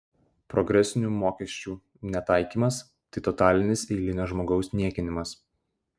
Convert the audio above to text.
progresinių mokesčių netaikymas tai totalinis eilinio žmogaus niekinimas